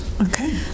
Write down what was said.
Okay